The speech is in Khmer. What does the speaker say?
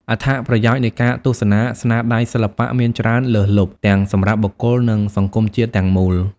អត្ថប្រយោជន៍នៃការទស្សនាស្នាដៃសិល្បៈមានច្រើនលើសលប់ ទាំងសម្រាប់បុគ្គល និងសង្គមជាតិទាំងមូល។